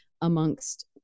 amongst